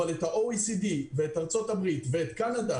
אבל את ה-OECD ואת ארצות הברית ואת קנדה